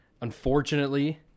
unfortunately